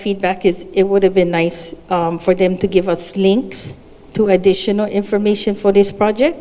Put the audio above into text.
feedback is it would have been nice for them to give us links to additional information for this project